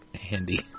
handy